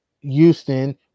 Houston